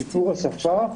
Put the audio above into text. שיפור השפה,